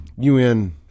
UN